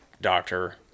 doctor